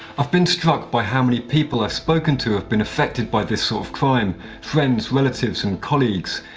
i've been struck by how many people i've spoken to have been affected by this sort of crime friends, relatives, and colleagues.